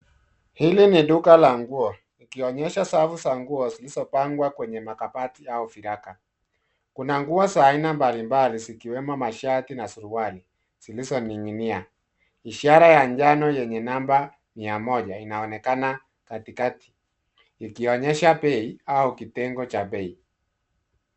Hili ni duka la nguo ikionyesha safu za nguo zilizopangwa kwenye makabati au viraka. Kuna nguo za aina mbalimbali zikiwemo mashati na suruali zilizoning'inia. Ishara ya njano yenye nambari 100 inaonekana katikati ikionyesha bei au kitengo cha bei.